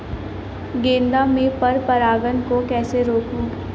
गेंदा में पर परागन को कैसे रोकुं?